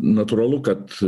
natūralu kad